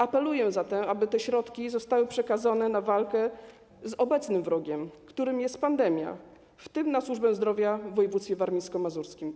Apeluję zatem, aby te środki zostały przekazane na walkę z obecnym wrogiem, którym jest pandemia, w tym na służbę zdrowia w województwie warmińsko-mazurskim.